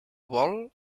vol